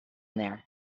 there